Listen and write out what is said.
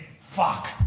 Fuck